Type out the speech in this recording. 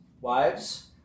Wives